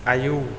आयौ